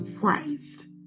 Christ